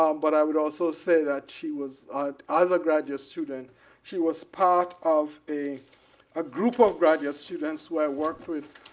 um but i would also say that she was as a graduate student she was part of a a group of graduate students who i worked with